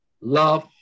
love